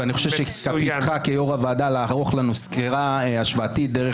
ואני חושב שתפקידך כיושב-ראש הוועדה לערוך לנו סקירה השוואתית דרך